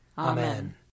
Amen